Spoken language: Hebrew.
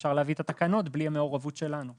אפשר להביא את התקנות בלי המעורבות שלנו.